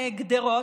גדרות,